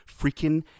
Freaking